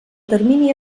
termini